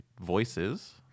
voices